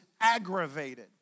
aggravated